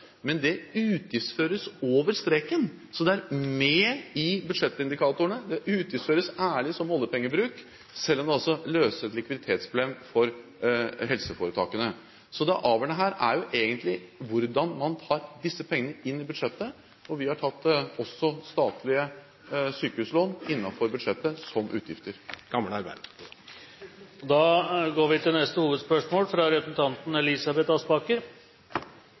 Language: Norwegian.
men det utgiftsføres over streken. Så det er med i budsjettindikatorene og utgiftsføres ærlig som oljepengebruk, selv om det altså løser et likviditetsproblem for helseforetakene. Det avgjørende her er egentlig hvordan man tar disse pengene inn i budsjettet. Vi har tatt det – også statlige sykehuslån – innenfor budsjettet, som utgifter. Gamle Arbeiderpartiet. Vi går da til dagens siste hovedspørsmål.